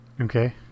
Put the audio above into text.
Okay